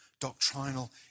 doctrinal